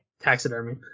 Taxidermy